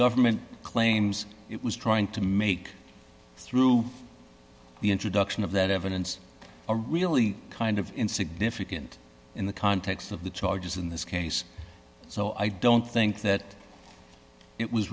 government claims it was trying to make through the introduction of that evidence are really kind of significant in the context of the charges in this case so i don't think that it was